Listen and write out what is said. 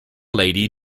lady